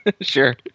Sure